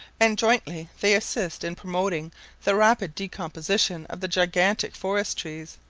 and jointly they assist in promoting the rapid decomposition of the gigantic forest trees,